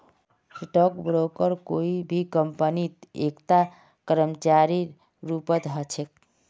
stock broker कोई भी कम्पनीत एकता कर्मचारीर रूपत ह छेक